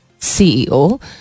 CEO